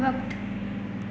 वक़्तु